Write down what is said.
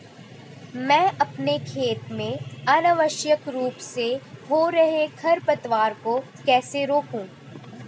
मैं अपने खेत में अनावश्यक रूप से हो रहे खरपतवार को कैसे रोकूं?